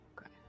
Okay